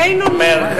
באין-אונים,